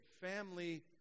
family